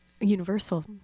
Universal